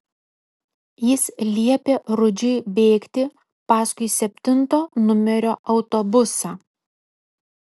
jis liepė rudžiui bėgti paskui septinto numerio autobusą